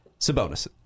Sabonis